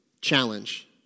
challenge